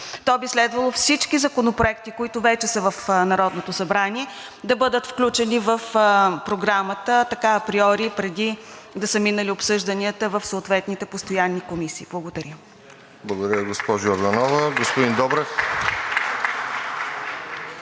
то би следвало всички законопроекти, които вече са в Народното събрание, да бъдат включени в Програмата, така априори, преди да са минали обсъжданията в съответните постоянни комисии. Благодаря. (Ръкопляскания от „Продължаваме